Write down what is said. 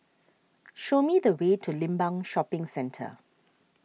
show me the way to Limbang Shopping Centre